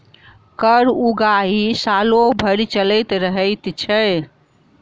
कर उगाही सालो भरि चलैत रहैत छै